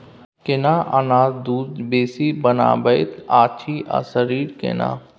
केना अनाज दूध बेसी बनबैत अछि आ शरीर केना?